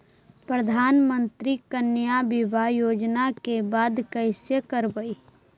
प्रधानमंत्री कन्या बिबाह योजना के दाबा कैसे करबै?